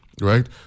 right